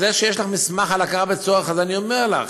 זה שיש לך מסמך על הכרה בצורך, אז אני אומר לך,